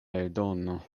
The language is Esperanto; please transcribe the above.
eldono